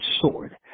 sword